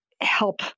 help